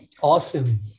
Awesome